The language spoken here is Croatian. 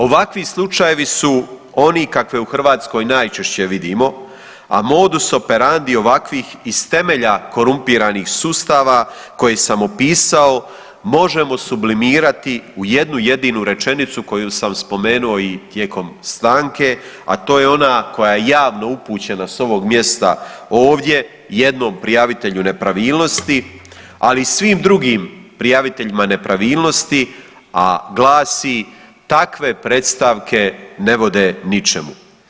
Ovakvi slučajevi su oni kakve u Hrvatskoj najčešće vidimo, a modus operandi ovakvih iz temelja korumpiranih sustava koje sam opisao možemo sublimirati u jednu jedinu rečenicu koju sam spomenuo i tijekom stanke, a to je ona koja je javno upućena s ovog mjesta ovdje jednom prijavitelju nepravilnosti, ali i svim drugim prijaviteljima nepravilnosti, a glasi takve predstavke ne vode ničemu.